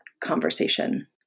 conversation